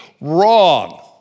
wrong